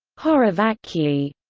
horror vacui